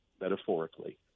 metaphorically